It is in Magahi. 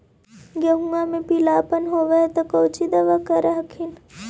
गोहुमा मे पिला अपन होबै ह तो कौची दबा कर हखिन?